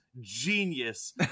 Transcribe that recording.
genius